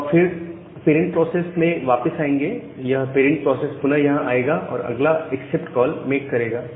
अब आप फिर पेरेंट प्रोसेस में वापस आएंगे और यह पेरेंट प्रोसेस पुनः यहां आएगा और अगला एक्सेप्ट कॉल मेक करेगा